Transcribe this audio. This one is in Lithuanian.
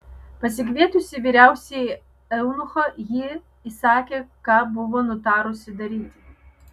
pasikvietusi vyriausiąjį eunuchą ji įsakė ką buvo nutarusi daryti